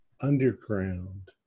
underground